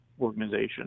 organization